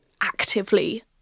actively